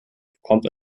bekommt